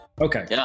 okay